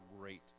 great